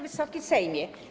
Wysoki Sejmie!